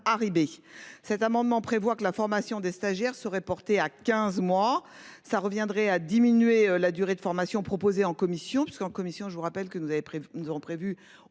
Aribi, cet amendement prévoit que la formation des stagiaires serait porté à 15 mois. Cela reviendrait à diminuer la durée de formation proposée en commission puisqu'en commission, je vous rappelle que nous avons,